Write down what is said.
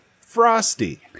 frosty